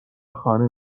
خانه